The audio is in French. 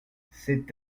c’est